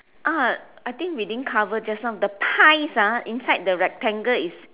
ah I think we didn't cover just now the pies ah inside the rectangle is